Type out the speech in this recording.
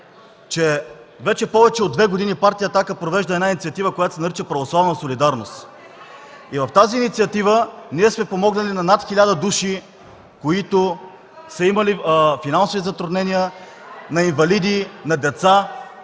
че вече повече от две години партия „Атака” провежда една инициатива, която се нарича „Православна солидарност” и в тази инициатива ние сме помогнали на над 1000 души, които са имали финансови затруднения, на инвалиди, на деца.